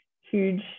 huge